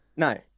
No